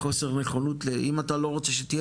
בחוסר נכונות אם אתה לא רוצה שתהיה